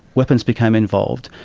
weapons became involved.